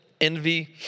envy